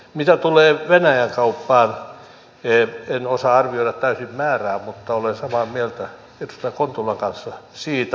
mitä tulee venäjän kauppaan en osaa arvioida täysin määrää mutta olen samaa mieltä edustaja kontulan kanssa siitä